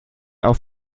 auf